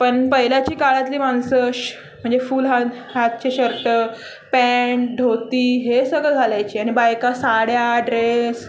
पण पहिल्याची काळातली माणसं म्हणजे श फूल हात हातचे शर्ट पॅन्ट ढोती हे सगळं घालायची आणि बायका साड्या ड्रेस